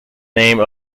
name